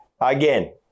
again